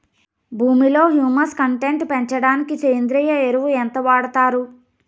భూమిలో humus content పెంచడానికి సేంద్రియ ఎరువు ఎంత వాడుతారు